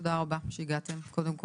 תודה רבה שהגעתם, קודם כל.